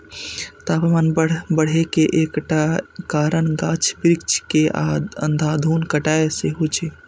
तापमान बढ़े के एकटा कारण गाछ बिरिछ के अंधाधुंध कटाइ सेहो छै